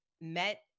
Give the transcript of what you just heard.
met